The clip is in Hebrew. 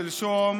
שלשום